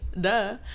duh